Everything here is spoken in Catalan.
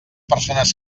persones